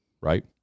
right